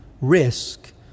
risk